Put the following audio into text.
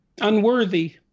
unworthy